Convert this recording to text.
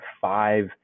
five